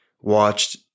watched